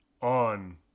on